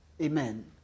amen